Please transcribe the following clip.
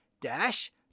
Dash